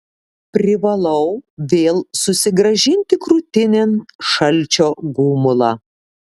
privalau vėl susigrąžinti krūtinėn šalčio gumulą